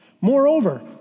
Moreover